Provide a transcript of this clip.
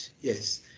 yes